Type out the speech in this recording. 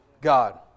God